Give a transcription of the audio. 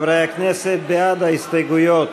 חברי הכנסת, בעד ההסתייגויות